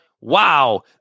wow